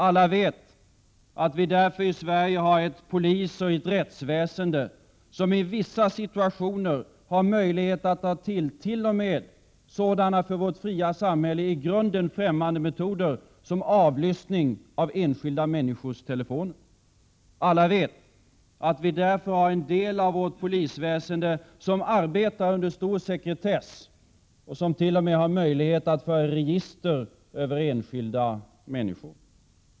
Alla vet att vi i Sverige därför har ett polisväsende och ett rättsväsende som i vissa situationer har möjlighet att ta till t.o.m. sådana för vårt fria samhälle i grunden främmande metoder som avlyssning av enskilda människors telefoner. Alla vet att en del av vårt polisväsende därför arbetar under stor sekretess. Man har t.o.m. möjlighet att föra register över enskilda människor.